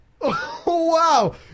Wow